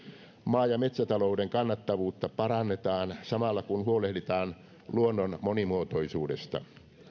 maa ja metsätalouden kannattavuutta parannetaan samalla kun huolehditaan luonnon monimuotoisuudesta